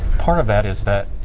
part of that is that